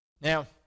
Now